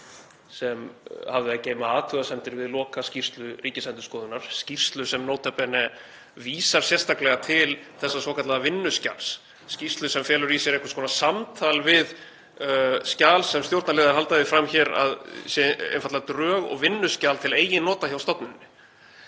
sem hafði að geyma athugasemdir við lokaskýrslu Ríkisendurskoðunar, skýrslu sem nota bene vísar sérstaklega til þessa svokallaða vinnuskjals, skýrslu sem felur í sér einhvers konar samtal við skjal sem stjórnarliðar halda því fram hér að sé einfaldlega drög og vinnuskjal til eigin nota hjá stofnuninni.